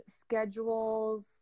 schedules